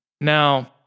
Now